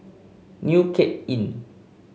New Cape Inn